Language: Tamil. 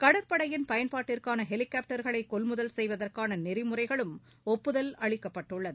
கடற்படையின் பயன்பாட்டிற்கானஹெலிகாப்டர்களைகொள்முதல் செய்வதற்கானநெறிமுறைகளுக்கும் ஒப்புதல் அளிக்கப்பட்டுள்ளதது